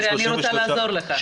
אנדרי, אני רוצה לעזור לך.